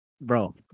bro